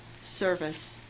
service